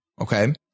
okay